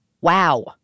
wow